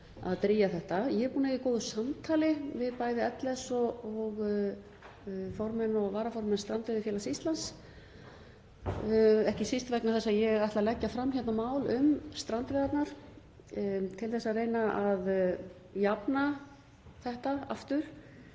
að drýgja þetta. Ég er búin að eiga í góðu samtali við bæði LS og formenn og varaformenn Strandveiðifélags Íslands, ekki síst vegna þess að ég ætla að leggja fram mál um strandveiðarnar til þess að reyna að jafna þetta aftur.